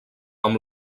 amb